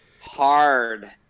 hard